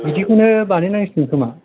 बिदिखौनो बानाय नांसिगोन खोमा